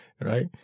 right